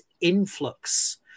influx